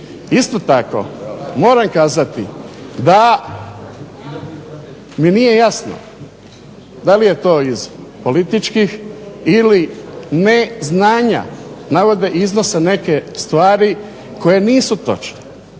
Isto tako moram kazati da mi nije jasno da li je to iz političkih ili ne znanja navode iznose i neke stvari koje nisu točne,